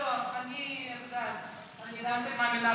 התשע"ט 2018, נתקבל.